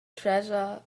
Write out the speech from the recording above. treasure